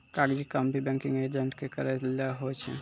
कागजी काम भी बैंकिंग एजेंट के करय लै होय छै